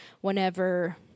whenever